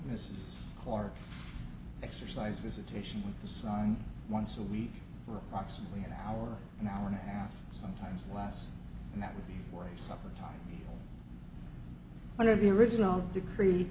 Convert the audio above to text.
mrs clark exercised visitation with the sign once a week for approximately an hour an hour and a half sometimes less and that would be for supper time under the original decree